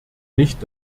nicht